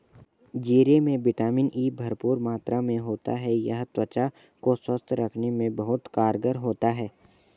जीरे में vitamin E भरपूर मात्रा में होता है यह त्वचा को स्वस्थ रखने में बहुत कारगर होता है